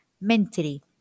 mentally